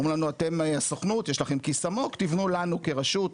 אומרים לנו אתם הסוכנים יש לכם כיס עמוק תבנו לנו כרשות,